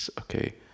Okay